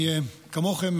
כמוכם,